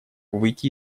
выйти